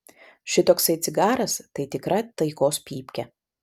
šitoksai cigaras tai tikra taikos pypkė